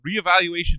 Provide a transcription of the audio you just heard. reevaluation